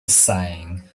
sighing